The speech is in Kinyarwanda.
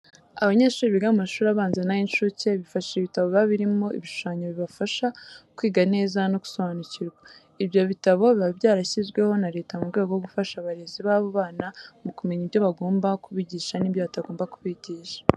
Abanyeshuri biga mu mashuri abanza n'ay'incuke bifashisha ibitabo biba birimo ibihushanyo bibafasha kwiga neza no gusobanukirwa. Ibyo bitabo biba byarashyizweho na leta mu rwego rwo gufasha abarezi b'abo bana mu kumenya ibyo bagomba kubigisha n'ibyo batagomba kubigisha.